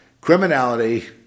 Criminality